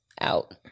out